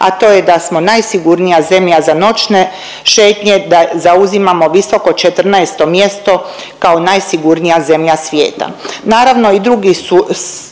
a to je da smo najsigurnija zemlja za noćne šetnje, da zauzimamo visoko 14. mjesto kao najsigurnija zemlja svijeta.